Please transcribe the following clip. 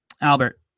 Albert